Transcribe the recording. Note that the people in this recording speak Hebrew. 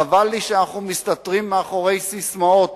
חבל לי שאנחנו מסתתרים מאחורי ססמאות